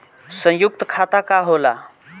सयुक्त खाता का होला?